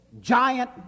giant